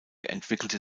entwickelte